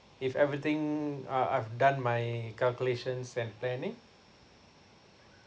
if everything uh I've done my calculations and planning